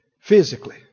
physically